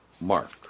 Mark